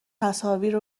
تصاویر